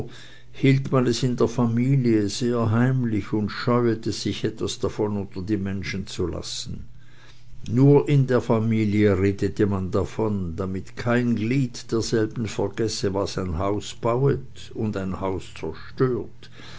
hielt man es in der familie sehr heimlich und scheuete sich etwas davon unter die menschen zu lassen nur in der familie redete man davon damit kein glied derselben vergesse was ein haus bauet und ein haus zerstört